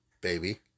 baby